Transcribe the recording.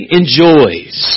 enjoys